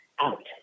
out